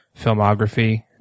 filmography